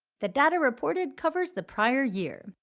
the data reported covers the prior year.